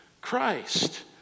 Christ